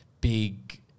big